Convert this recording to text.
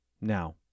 now